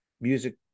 music